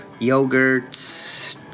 yogurts